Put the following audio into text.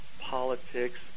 politics